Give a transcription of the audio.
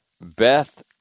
Beth